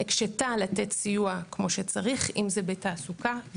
הקשתה לתת סיוע כמו שצריך בתעסוקה,